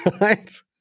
right